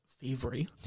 thievery